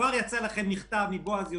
כבר יצא לכם מכתב מבועז יוסף,